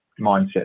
mindset